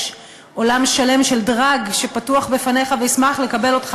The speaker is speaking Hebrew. יש עולם שלם של דראג שפתוח בפניך וישמח לקבל אותך,